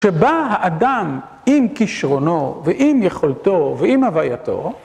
שבה האדם עם כישרונו, ועם יכולתו, ועם הווייתו